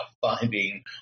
finding